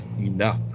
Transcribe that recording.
enough